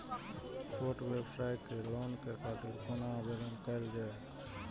छोट व्यवसाय के लोन के खातिर कोना आवेदन कायल जाय?